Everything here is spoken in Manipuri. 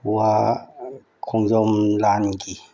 ꯋꯥꯔ ꯈꯣꯡꯖꯣꯝ ꯂꯥꯟꯒꯤ